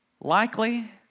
likely